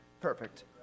perfect